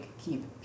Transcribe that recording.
keep